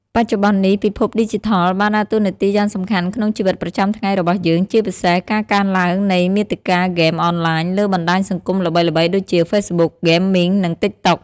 បច្ចុប្បន្ននេះ ពិភពឌីជីថលបានដើរតួនាទីយ៉ាងសំខាន់ក្នុងជីវិតប្រចាំថ្ងៃរបស់យើង ជាពិសេសការកើនឡើងនៃ មាតិកាហ្គេមអនឡាញ លើបណ្ដាញសង្គមល្បីៗដូចជា ហ្វេសបុក ហ្គេមីង និង ទីកតុក។